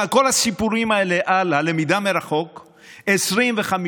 כלומר, כל הסיפורים האלה על הלמידה מרחוק 25%,